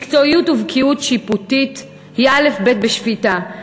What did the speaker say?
מקצועיות ובקיאות שיפוטית הן אלף-בית בשפיטה,